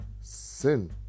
sin